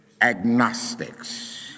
Agnostics